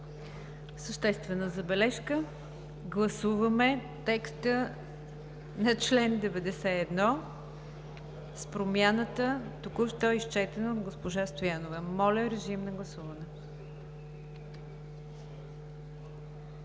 Съществена забележка. Гласуваме текста на чл. 91 с промяната току-що изчетена от госпожа Стоянова. Моля, режим на гласуване.